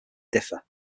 differ